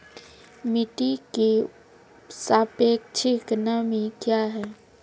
मिटी की सापेक्षिक नमी कया हैं?